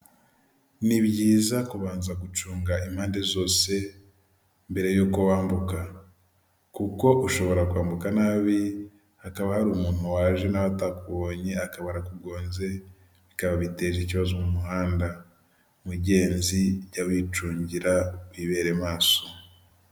Inzu ifite amabati y'umutuku agaragara nkaho ashaje ikaba ifite antene ya kanari purisi kuburyo bareba umupira uko babishatse iri mu gipangu kiri munsi y'umuhanda